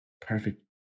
perfect